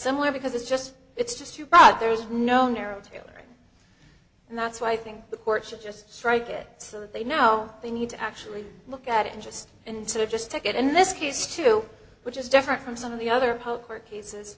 somewhere because it's just it's just too bad there's no narrow tailoring and that's why i think the court should just strike it so that they know they need to actually look at it and just and sort of just take it in this case too which is different from some of the other poker cases